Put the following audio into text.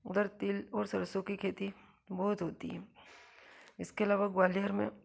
उधर तिल और सरसों की खेती बहुत होती हैं इसके अलावा ग्वालियर में